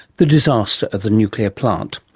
the disaster at the nuclear plant.